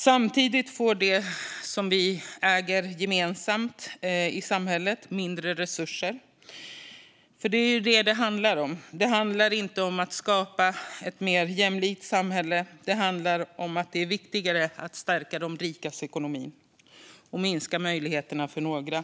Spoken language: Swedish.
Samtidigt får det som vi äger gemensamt i samhället mindre resurser. För det är ju det som det handlar om. Det handlar inte om att skapa ett mer jämlikt samhälle; det handlar om att det är viktigare att stärka de rikas ekonomi och minska möjligheterna för några.